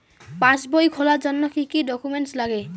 পাসবই খোলার জন্য কি কি ডকুমেন্টস লাগে?